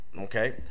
Okay